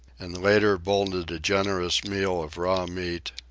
and later bolted a generous meal of raw meat,